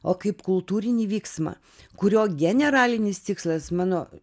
o kaip kultūrinį vyksmą kurio generalinis tikslas mano